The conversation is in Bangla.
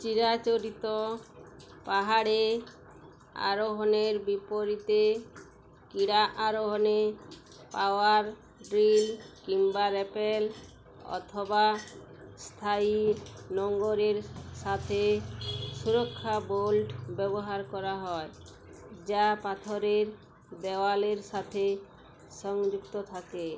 চিরাচরিত পাহাড়ে আরোহণের বিপরীতে ক্রীড়া আরোহণে পাওয়ার ড্রিল কিংবা র্যাপেল অথবা স্থায়ী নোঙরের সাথে সুরক্ষা বোল্ট ব্যবহার করা হয় যা পাথরের দেওয়ালের সাথে সংযুক্ত থাকে